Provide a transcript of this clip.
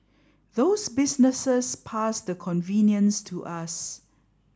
those businesses pass the convenience to us